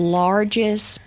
largest